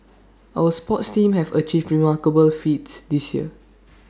our sports teams have achieved remarkable feats this year